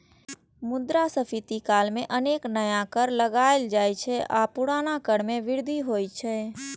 मुद्रास्फीति काल मे अनेक नया कर लगाएल जाइ छै आ पुरना कर मे वृद्धि होइ छै